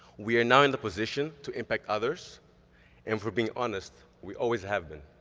we are now in the position to impact others and if we're being honest, we always have been.